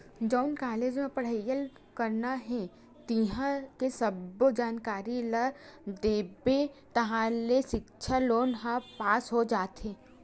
जउन कॉलेज म पड़हई करना हे तिंहा के सब्बो जानकारी ल देबे ताहाँले सिक्छा लोन ह पास हो जाथे